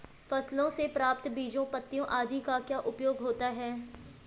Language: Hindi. फसलों से प्राप्त बीजों पत्तियों आदि का क्या उपयोग होता है?